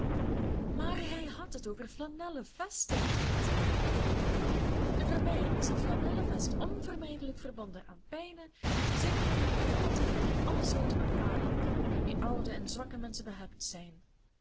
maar hij had het over flanellen vesten zei marianne en voor mij is een flanellen vest onvermijdelijk verbonden aan pijnen zinkingen rheumatiek en alle soorten van kwalen waar mee oude en zwakke menschen behept zijn